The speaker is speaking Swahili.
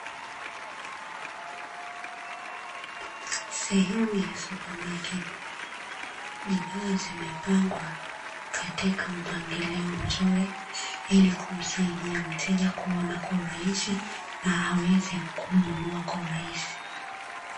Sehemu ya supamaketi. Bidhaa zimepangwa katika mpangilio mzuri, ili kumsaidia mteja kuona kwa urahisi na aweze kununua kwa urahisi.